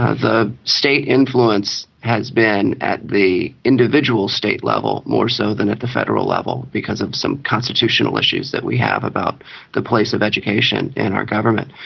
the state influence has been at the individual state level more so than at the federal level because of some constitutional issues that we have about the place of education in our government.